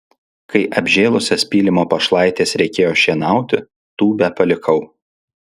kai apžėlusias pylimo pašlaites reikėjo šienauti tūbę palikau